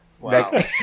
Wow